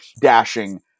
dashing